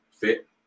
fit